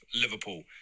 Liverpool